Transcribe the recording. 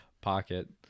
pocket